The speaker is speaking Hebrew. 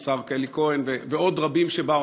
השר אלי כהן ועוד רבים שבאו,